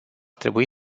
trebui